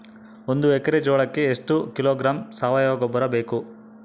ಒಂದು ಎಕ್ಕರೆ ಜೋಳಕ್ಕೆ ಎಷ್ಟು ಕಿಲೋಗ್ರಾಂ ಸಾವಯುವ ಗೊಬ್ಬರ ಬೇಕು?